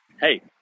Hey